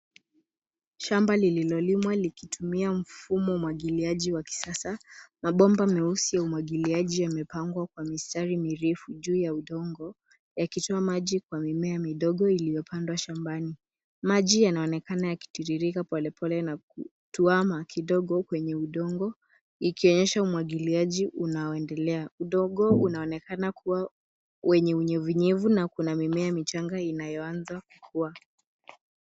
Shamba lililolimwa likitumia mfumo umwagiliaji wa kisasa. Mabomba meusi ya umwagiliaji yamepangwa kwa mistari mirefu juu ya udongo yakitoa maji kwa mimea midogo iliyopandwa shambani. Maji yanaonekana yakitiririka polepole na kutwama kidogo kwenye udongo ikionyesha umwagiliaji unaoendelea. Udongo unaonekana kuwa wenye unyevunyevu na kuna mimea michanga inayoanza kukua.